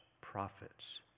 prophets